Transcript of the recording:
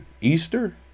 easter